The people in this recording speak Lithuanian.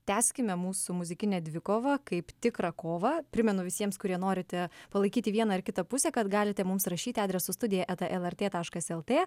tęskime mūsų muzikinę dvikovą kaip tikrą kovą primenu visiems kurie norite palaikyti vieną ar kitą pusę kad galite mums rašyti adresu studija eta el er tė taškas el tė